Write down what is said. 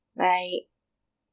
bye